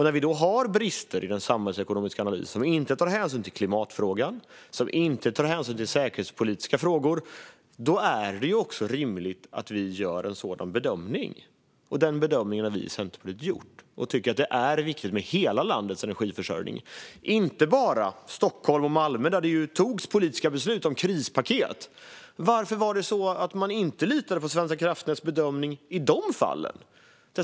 När det finns brister i den samhällsekonomiska analysen och när man inte tar hänsyn till klimatfrågan eller till säkerhetspolitiska frågor är det rimligt att göra en sådan bedömning som Centerpartiet har gjort. Vi tycker att hela landets energiförsörjning, inte bara Stockholms och Malmös, är viktig. Där togs politiska beslut om krispaket. Varför litade man inte på Svenska kraftnäts bedömning i de fallen?